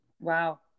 Wow